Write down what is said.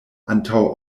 antaŭ